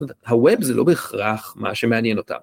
‫הווב זה לא בהכרח מה שמעניין אותם.